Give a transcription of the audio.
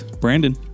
Brandon